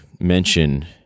mention